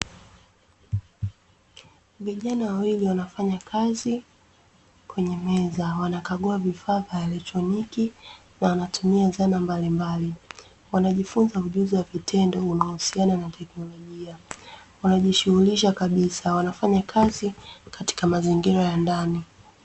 Vijana wawili wanafanya kazi kwenye meza, wanakagua vifaa vya eletroniki, na wanatumia zana mbalimbali. Wanajifunza ujuzi wa vitendo unaohusiana na teknolojia. Wanajishughulisha kabisa, wanafanya kazi katika mazingira ya ndani.